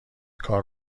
کار